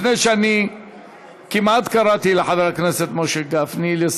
לפני שאני כמעט קראתי לחבר הכנסת משה גפני.